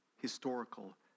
historical